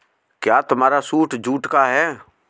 क्या तुम्हारा suit jute का है?